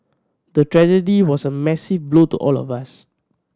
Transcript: the tragedy was a massive blow to all of us